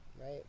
Right